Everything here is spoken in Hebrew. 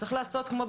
לא סתם קוראים